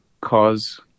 cause